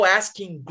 asking